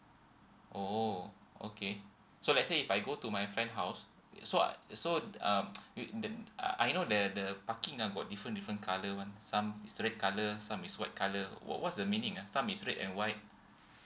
oh okay so let say if I go to my friend house so I so um it the I I know there the parking uh got different different colour one some is red colour some is white colour what what's the meaning ah some is red and white